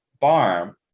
farm